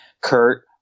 Kurt